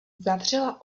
zavřela